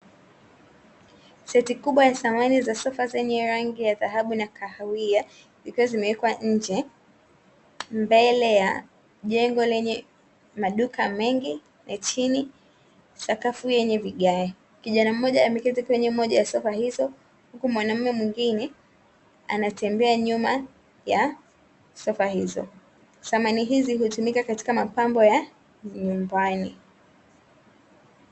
Seti kubwa ya samani za sofa zenye rangi ya dhahabu na kahawia zikiwa zimewekwa nje mbele ya jengo lenye maduka mengi na chini sakafu yenye vigae, kijana mmoja ameketi kwenye moja ya sofa hizo huku mwanaume mwingine anatembea nyuma ya sofa hizo, samani hizi hutumika katika mapambo ya nyumbani.